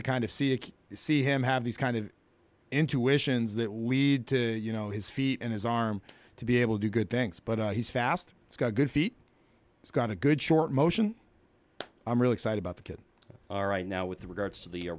to kind of see it see him have these kind of intuitions that lead to you know his feet and his arm to be able to do good things but he's fast he's got good feet he's got a good short motion i'm really excited about the kid all right now with regards to the